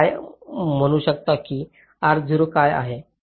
तर आपण काय म्हणू शकता की काय आहे